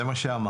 זה מה שאמרת.